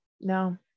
no